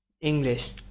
English